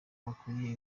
bakuriye